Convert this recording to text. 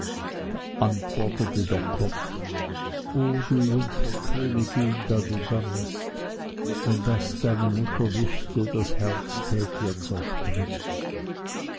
da antwortete der kopf o du jungfer königin da du gangest wenn das deine mutter wüßte ihr herz tät ihr zerspringen